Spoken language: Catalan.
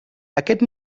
aquest